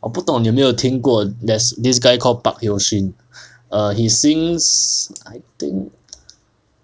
我不懂你有没有听过 there's this guy called park hyo shin err he sings I think